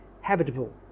habitable